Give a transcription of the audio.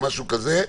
או משהו כזה,